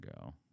go